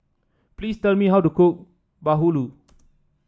please tell me how to cook Bahulu